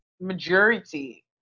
majority